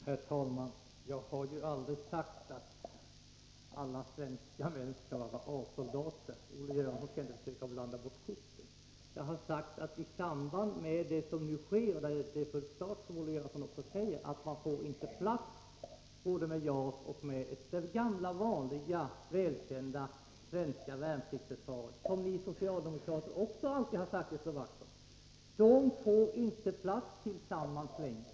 Herr talman! Jag har aldrig sagt att alla svenska män skall vara A-soldater. Olle Göransson skall inte försöka blanda bort korten. I samband med det som nu sker — och det framgår helt klart av det som Olle Göransson säger — får man inte plats både med JAS och med det gamla vanliga välkända svenska värnpliktsförsvaret, som ni socialdemokrater också alltid har sagt att vi skall slå vakt om. De får inte plats tillsammans längre.